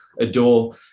adore